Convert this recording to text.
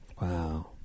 Wow